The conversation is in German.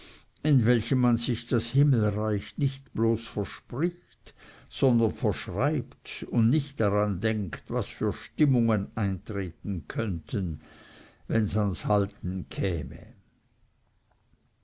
in welchen man sich das himmelreich nicht bloß verspricht sondern verschreibt und nicht daran denkt was für stimmungen eintreten könnten wenn es ans halten käme